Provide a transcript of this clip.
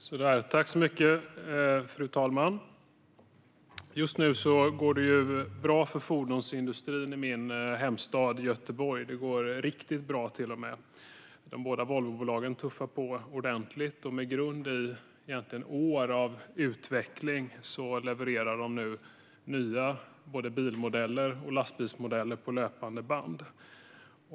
Fru talman! Just nu går det bra för fordonsindustrin i min hemstad Göteborg. Det går till och med riktigt bra. De båda Volvoföretagen tuffar på ordentligt - med grund i år av utveckling levererar de nya bilmodeller och lastbilsmodeller på löpande band.